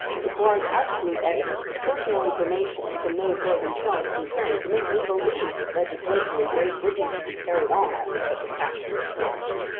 it required the absolute evidence of personal information from those who are themselves concerned to make me believe that legislation in great britain could be carried on after such a fashion as this!